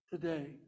today